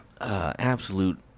Absolute